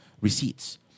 receipts